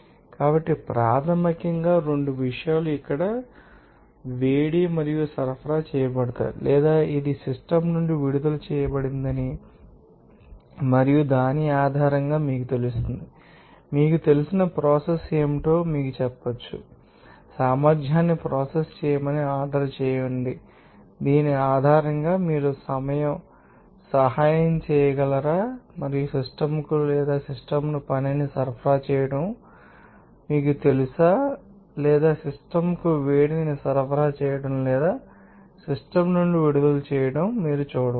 కాబట్టి ప్రాథమికంగా రెండు విషయాలు ఇక్కడ వేడి మరియు సరఫరా చేయబడతాయి లేదా ఇది సిస్టమ్ నుండి విడుదల చేయబడిందని మరియు దాని ఆధారంగా మీకు తెలుస్తుంది మీకు తెలిసిన ప్రోసెస్ ఏమిటో మీకు చెప్పవచ్చు మరియు సామర్థ్యాన్ని ప్రాసెస్ చేయమని ఆర్డర్ చేయండి దీని ఆధారంగా మీరు సహాయం చేయగలరా మరియు సిస్టమ్కు లేదా సిస్టమ్కు పనిని సరఫరా చేయడం మీకు తెలుసు కాబట్టి మీకు తెలుసా లేదా సిస్టమ్కు వేడిని సరఫరా చేయడం లేదా సిస్టమ్ నుండి విడుదల చేయడం మీరు చూడవచ్చు